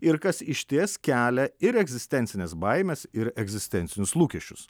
ir kas išties kelia ir egzistencines baimes ir egzistencinius lūkesčius